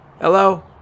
Hello